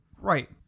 right